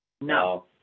No